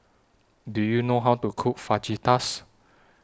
Do YOU know How to Cook Fajitas